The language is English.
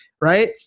right